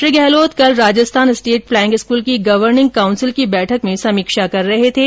श्री गहलोत कल Rajasthan state flying school की governing council की बैठक में समीक्षा कर रहे थे